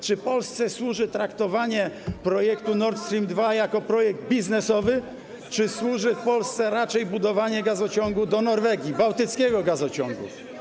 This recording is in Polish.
Czy Polsce służy traktowanie projektu Nord Stream 2 jak projektu biznesowego, czy służy Polsce raczej budowanie gazociągu do Norwegii, bałtyckiego gazociągu?